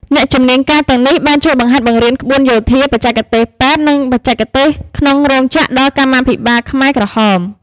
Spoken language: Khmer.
អ្នកជំនាញការទាំងនេះ បានជួយ បង្ហាត់បង្រៀនក្បួនយោធា បច្ចេកទេសពេទ្យ និងបច្ចេកទេសក្នុងរោងចក្រដល់កម្មាភិបាលខ្មែរក្រហម។